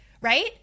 right